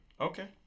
Okay